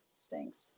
Stinks